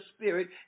spirit